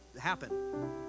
happen